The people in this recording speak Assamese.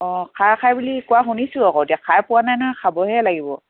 অঁ খাৰ খাই বুলি কোৱা শুনিছোঁ আকৌ এতিয়া খাই পোৱা নাই নহয় খাবহে লাগিব